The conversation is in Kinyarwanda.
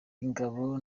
ingabo